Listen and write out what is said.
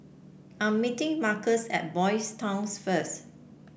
I'm meeting Marcus at Boys' Town first